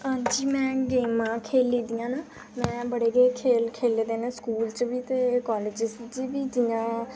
हांजी मैम गेमां खेढी दियां न में बड़े गै खेढ खेढ दे न स्कूल च बी ते कालेज च बी जि'यां